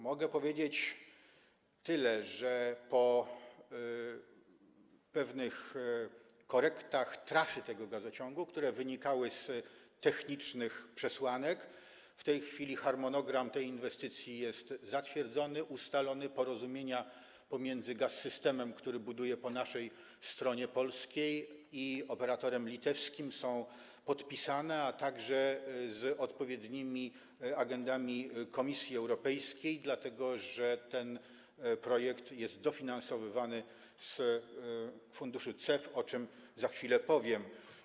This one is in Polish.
Mogę powiedzieć tyle: po pewnych korektach trasy tego gazociągu, które wynikały z technicznych przesłanek, w tej chwili harmonogram tej inwestycji jest zatwierdzony, ustalony, są podpisane porozumienia pomiędzy Gaz-Systemem, który buduje po naszej, polskiej stronie, i operatorem litewskim, a także z odpowiednimi agendami Komisji Europejskiej, dlatego że ten projekt jest dofinansowywany z funduszu CEF, o czym za chwilę powiem.